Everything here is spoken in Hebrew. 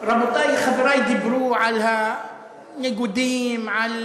רבותי, חברי דיברו על הניגודים, על